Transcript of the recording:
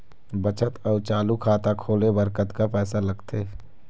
बचत अऊ चालू खाता खोले बर कतका पैसा लगथे?